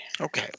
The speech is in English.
okay